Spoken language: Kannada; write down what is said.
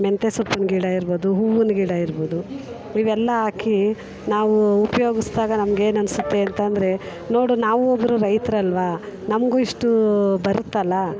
ಮೆಂತ್ಯ ಸೊಪ್ಪಿನ ಗಿಡ ಇರ್ಬೋದು ಹೂವಿನ ಗಿಡ ಇರ್ಬೋದು ಇವೆಲ್ಲ ಹಾಕಿ ನಾವೂ ಉಪಯೋಗಿಸ್ದಾಗ ನಮ್ಗೆ ಏನು ಅನ್ನಿಸುತ್ತೆ ಅಂತ ಅಂದರೆ ನೋಡು ನಾವು ಒಬ್ಬರು ರೈತರಲ್ವ ನಮಗೂ ಇಷ್ಟೂ ಬರುತ್ತಲ್ಲ